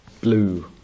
blue